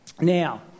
Now